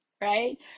right